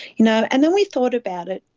you know and when we thought about it,